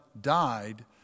died